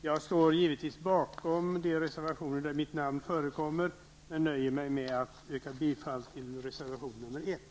Jag står givetvis bakom de reservationer där mitt namn förekommer men nöjer mig med att yrka bifall till reservation nr 1.